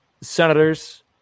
senators